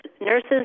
nurses